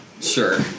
Sure